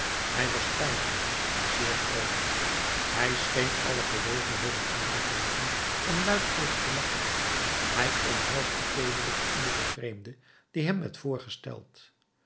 hij was peinzend en zeer vroolijk hij scheen alle gelegenheden aan te grijpen om luidkeels te lachen hij omhelsde teederlijk iederen vreemde die hem werd voorgesteld